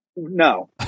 No